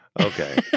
okay